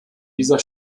dieser